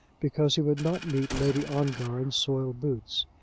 because he would not meet lady ongar in soiled boots.